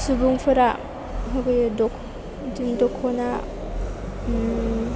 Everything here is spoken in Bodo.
सुबुंफोरा होफैयो बिदिनो दख'ना